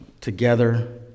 together